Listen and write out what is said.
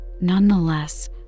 Nonetheless